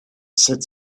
said